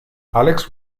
alex